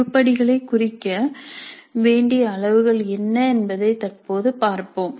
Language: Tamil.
உருப்படிகளை குறிக்க வேண்டிய அளவுகள் என்ன என்பதை தற்போது பார்ப்போம்